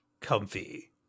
comfy